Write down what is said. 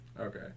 Okay